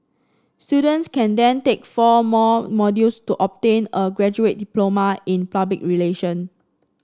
students can then take four more modules to obtain a graduate diploma in public relation